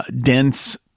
dense